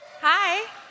Hi